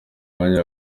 mwanya